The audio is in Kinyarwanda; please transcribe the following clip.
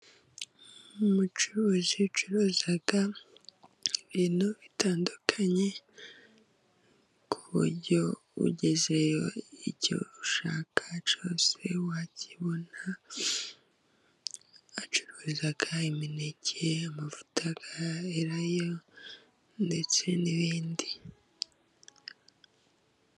Umucuruzi ucuruza ibintu bitandukanye, ku buryo ugezeyo icyo ushaka cyose wakibona ,acururiza imineke ,amavuta Elayo ndetse n'ibindi.